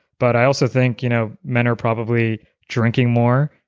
but i also think you know men are probably drinking more,